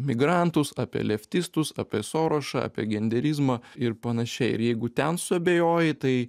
migrantus apie leftistus apie sorošą apie genderizmą ir panašiai ir jeigu ten suabejoji tai